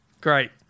Great